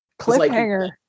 Cliffhanger